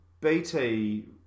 BT